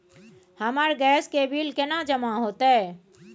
हमर गैस के बिल केना जमा होते?